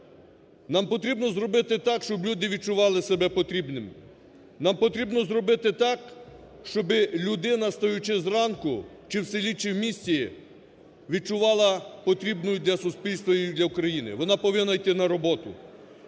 Нам потрібно зробити так, щоб люди відчували себе потрібними. Нам потрібно зробити так, щоб людина, встаючи зранку чи в селі, чи в місті, відчувала потрібною для суспільства і для України. Вона повинна йти на роботу.